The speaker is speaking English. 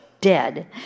dead